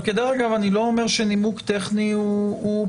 דרך אגב, אני לא אומר שנימוק טכני פסול.